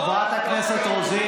חברת הכנסת רוזין,